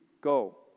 go